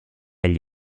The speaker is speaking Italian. agli